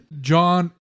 John